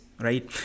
right